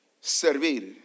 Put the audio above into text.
servir